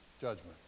judgment